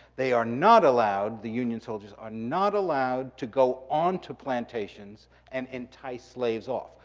they are not allowed, the union soldiers are not allowed to go onto plantations and entice slaves off.